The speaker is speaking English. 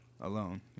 Alone